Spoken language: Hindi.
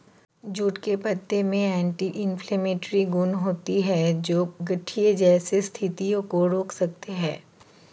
जूट के पत्तों में एंटी इंफ्लेमेटरी गुण होते हैं, जो गठिया जैसी स्थितियों को रोक सकते हैं